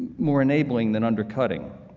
more enabling than undercutting.